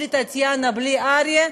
בלי טטיאנה ובלי אריה,